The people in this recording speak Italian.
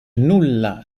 nulla